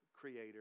creator